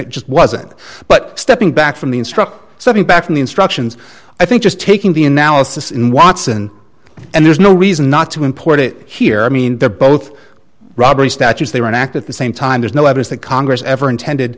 it just wasn't but stepping back from the instruction setting back from the instructions i think just taking the analysis in watson and there's no reason not to import it here i mean they're both robbery statutes they were an act at the same time there's no evidence that congress ever intended